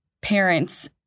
Parents